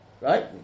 right